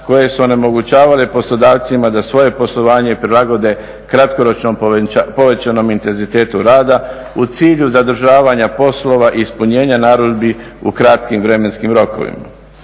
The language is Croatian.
koje su onemogućavale poslodavcima da svoje poslovanje prilagode kratkoročno povećanom intenzitetu rada u cilju zadržavanja poslova i ispunjenja narudžbi u kratkim vremenskim rokovima.